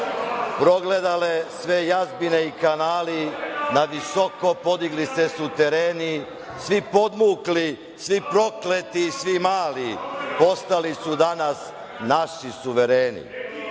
progledale sve jazbine i kanali na visoko podigli se sutereni, svi podmukli, svi prokleti i svi mali, postali su danas naši suvereni,